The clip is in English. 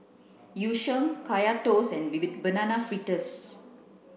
Yu Sheng Kaya toast and banana fritters